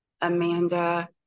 Amanda